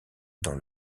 dans